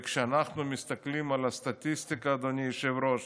כשאנחנו מסתכלים על הסטטיסטיקה, אדוני היושב-ראש,